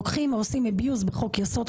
לוקחים ועושים אביוז בחוק יסוד,